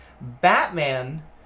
Batman